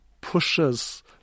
pushes